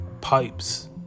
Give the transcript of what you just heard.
pipes